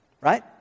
right